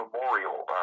memorial